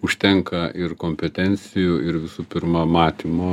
užtenka ir kompetencijų ir visų pirma matymo